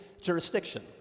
jurisdiction